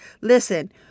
Listen